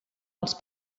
els